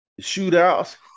Shootouts